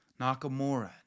Nakamura